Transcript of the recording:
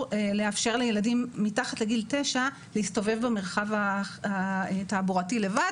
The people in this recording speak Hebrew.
לאפשר לילדים מתחת לגיל 9 להסתובב במרחב התעבורתי לבד,